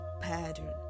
pattern